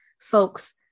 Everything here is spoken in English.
folks